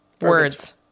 words